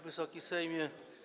Wysoki Sejmie!